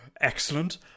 Excellent